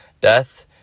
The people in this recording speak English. Death